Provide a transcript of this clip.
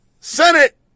Senate